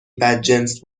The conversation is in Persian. بدجنس